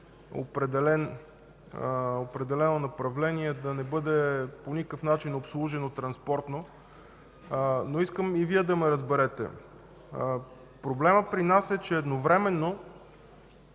определено направление да не бъде по никакъв начин обслужено транспортно. Но искам и Вие да ме разберете. Проблемът при нас е, че по едно